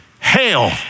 Hail